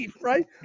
Right